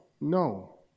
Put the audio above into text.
No